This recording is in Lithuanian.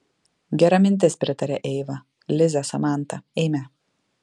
gera mintis pritarė eiva lize samanta eime